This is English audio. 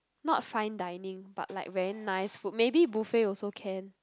not fine dining but like very nice food maybe buffet also can